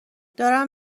دارم